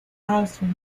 austria